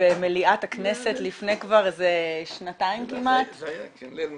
במליאת הכנסת לפני שנתיים --- זה היה ליל מרכולים.